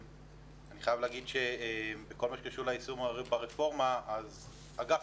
ובכל מה שקשור ליישום הרפורמה אגף